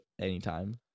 anytime